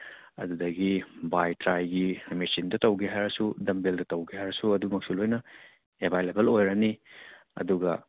ꯑꯗꯨꯗꯒꯤ ꯕꯥꯏ ꯇ꯭ꯔꯥꯏꯒꯤ ꯃꯦꯆꯤꯟꯗ ꯇꯧꯒꯦ ꯍꯥꯏꯔꯁꯨ ꯗꯝ ꯕꯦꯜꯗ ꯇꯧꯒꯦ ꯍꯥꯏꯔꯁꯨ ꯑꯗꯨꯃꯛꯁꯨ ꯂꯣꯏꯅ ꯑꯚꯥꯏꯂꯦꯕꯜ ꯑꯣꯏꯔꯅꯤ ꯑꯗꯨꯒ